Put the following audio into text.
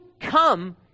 come